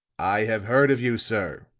i have heard of you, sir,